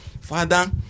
Father